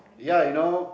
yeah you know